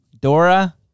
Dora